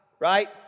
Right